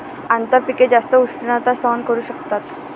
आंतरपिके जास्त उष्णता सहन करू शकतात